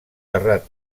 terrat